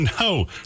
No